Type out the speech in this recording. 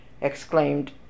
exclaimed